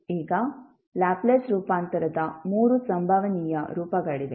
ಈಗ ಲ್ಯಾಪ್ಲೇಸ್ ರೂಪಾಂತರದ ಮೂರು ಸಂಭವನೀಯ ರೂಪಗಳಿವೆ